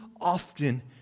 often